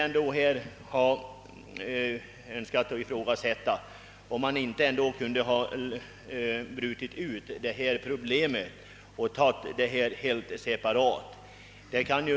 Men jag undrar ändå, om man inte kunde ha brutit ut detta problem och behandlat det separat.